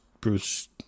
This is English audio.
Bruce